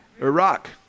Iraq